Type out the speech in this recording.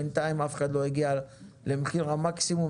בינתיים אף אחד לא הגיע למחיר המקסימום.